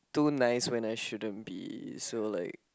too nice when I shouldn't be so like